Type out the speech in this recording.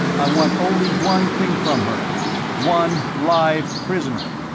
i want only one thing from her one live prisoner.